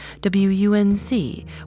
WUNC